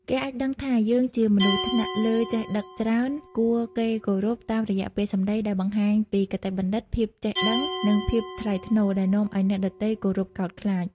គេអាចដឹងថាយើងជា មនុស្សថ្នាក់លើចេះដឹងច្រើន គួរគេគោរព តាមរយះពាក្យសម្ដីដែលបង្ហាញពីគតិបណ្ឌិត ភាពចេះដឹង និងភាពថ្លៃថ្នូរ ដែលនាំឱ្យអ្នកដទៃគោរពកោតខ្លាច។